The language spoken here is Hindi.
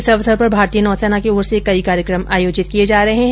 इस अवसर पर भारतीय नौसेना की ओर से कई कार्यक्रम आयोजित किये जा रहे हैं